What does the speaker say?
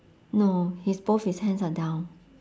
no his both his hands are down